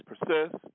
persist